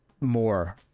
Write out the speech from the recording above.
more